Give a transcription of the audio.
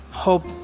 Hope